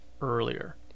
Earlier